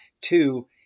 two